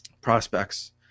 prospects